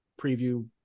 preview